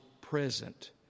present